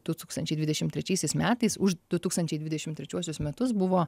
du tūkstančiai dvidešim trečiaisiais metais už du tūkstančiai dvidešim trečiuosius metus buvo